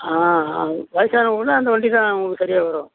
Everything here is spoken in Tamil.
ஆ ஆ வயசானவங்கனால் அந்த வண்டி தான் உங்களுக்கு சரியா வரும்